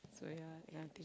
so yeah that kind of thing